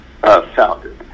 founded